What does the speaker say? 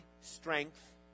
strength